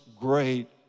great